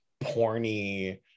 porny